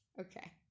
okay